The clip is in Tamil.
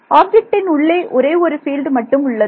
ஆப்ஜெக்ட்டின் உள்ளே ஒரே ஒரு பீல்ட் மட்டும் உள்ளது